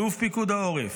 אלוף פיקוד העורף,